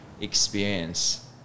experience